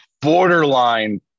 borderline